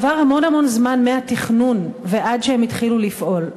עבר המון המון זמן מהתכנון ועד שהם התחילו לפעול.